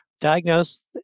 diagnose